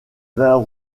vins